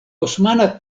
osmana